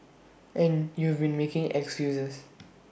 and you've been making excuses